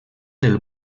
del